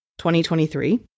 2023